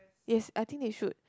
yes I think they should